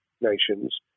nations